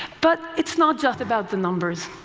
but it's not just about the numbers,